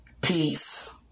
Peace